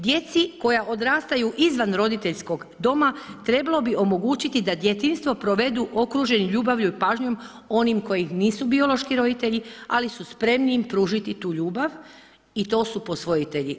Djeci koja odrastaju izvan roditeljskog doma trebalo bi omogućiti da djetinjstvo provedu okruženi ljubavlju i pažnjom onim koji im nisu biološki roditelji, ali su spremni pružiti im tu ljubav i to su posvojitelji.